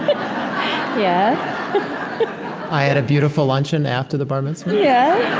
i had a beautiful luncheon after the bar mitzvah? yeah